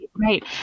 Right